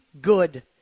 good